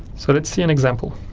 so let's see an example.